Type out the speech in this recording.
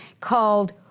called